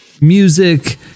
music